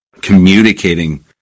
communicating